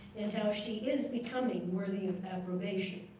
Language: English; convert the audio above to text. and how she is becoming worthy of approbation.